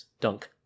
dunk